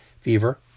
fever